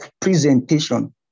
presentation